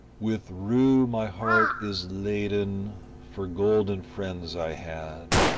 with rue my heart is laden for golden friends i had,